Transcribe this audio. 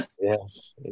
Yes